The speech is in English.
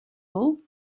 all